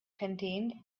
contained